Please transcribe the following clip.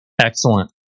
Excellent